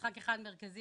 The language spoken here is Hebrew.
משחק אחד מרכזי,